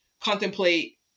contemplate